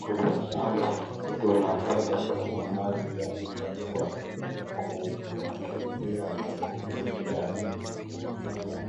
Kwenye shamba tunapata kama maji yamewekwa kukimbia na kufikia mimea